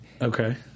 okay